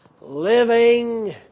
living